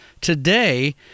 today